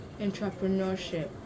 entrepreneurship